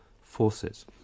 forces